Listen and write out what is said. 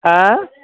हा